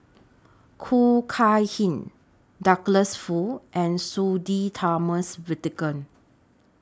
Khoo Kay Hian Douglas Foo and Sudhir Thomas Vadaketh